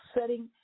setting